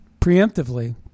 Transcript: preemptively